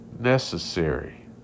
necessary